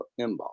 inbox